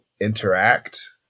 interact